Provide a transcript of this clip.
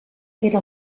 era